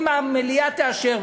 אם המליאה תאשר,